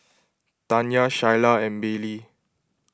Tanya Shyla and Baylee